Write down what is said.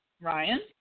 Ryan